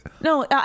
No